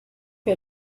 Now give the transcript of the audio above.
für